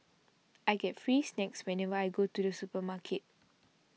I get free snacks whenever I go to the supermarket